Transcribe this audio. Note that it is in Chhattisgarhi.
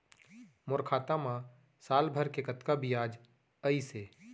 मोर खाता मा साल भर के कतका बियाज अइसे?